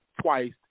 twice